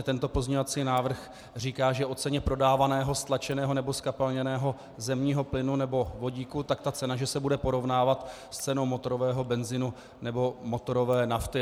Tento pozměňovací návrh říká, že o ceně prodávaného stlačeného nebo zkapalněného zemního plynu nebo vodíku, tak ta cena že se bude porovnávat s cenou motorového benzinu nebo motorové nafty.